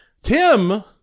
Tim